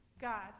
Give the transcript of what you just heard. God